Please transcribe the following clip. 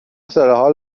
سرحال